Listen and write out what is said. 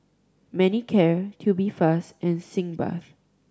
Manicare Tubifast and Sitz Bath